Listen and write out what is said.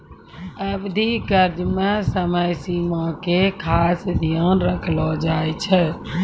अवधि कर्ज मे समय सीमा के खास ध्यान रखलो जाय छै